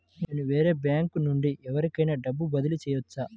నేను వేరే బ్యాంకు నుండి ఎవరికైనా డబ్బు బదిలీ చేయవచ్చా?